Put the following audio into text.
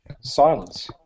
silence